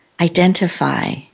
identify